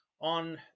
on